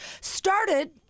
started